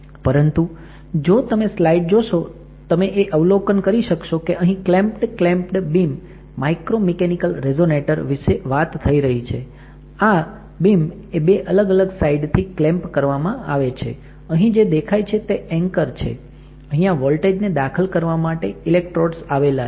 પરંતુ જો તમે સ્લાઇડ જોશો તમે એ અવલોકન કરી શકશો કે અહી clamped clamped beam micro mechanical resonator વિષે વાત થઈ રહી છે આ બીમ એ બે અલગ અલગ સાઇડથી ક્લેમ્પ કરવામાં આવે છે અહી જે દેખાય છે તે ઍન્કર છે અહિયાં વોલ્ટેજ ને દાખલ કરવા માટે ઇલેક્ટ્રોડ્સ આવેલ છે